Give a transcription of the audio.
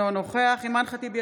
אינו נוכח אימאן ח'טיב יאסין,